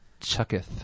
chucketh